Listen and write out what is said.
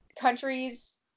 countries